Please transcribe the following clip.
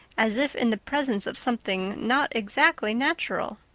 as if in the presence of something not exactly natural.